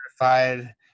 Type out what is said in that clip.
certified